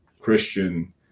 Christian